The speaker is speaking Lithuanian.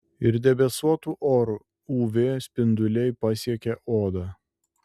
ir debesuotu oru uv spinduliai pasiekia odą